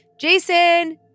Jason